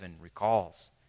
recalls